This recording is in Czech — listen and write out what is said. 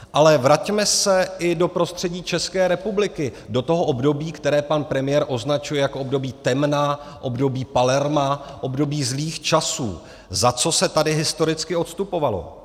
Ale vraťme se i do prostředí České republiky, do období, které pan premiér označuje jako období temna, období Palerma, období zlých časů, za co se tady historicky odstupovalo.